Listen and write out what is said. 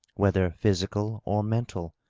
whether physical or mental.